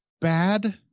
bad